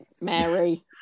Mary